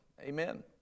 Amen